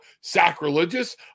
sacrilegious